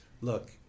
look